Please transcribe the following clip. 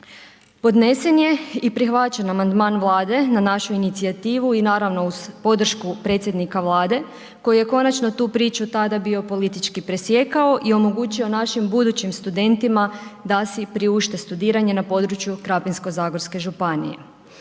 Podnesen je i prihvaćen amandman Vlade na našu inicijativu i naravno uz podršku predsjednika Vlade koji je konačno tu priču tada bio politički presjekao i omogućio našim budućim studentima da si priušte studiranje na području Krapinsko-zagorske županije.